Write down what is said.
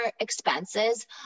expenses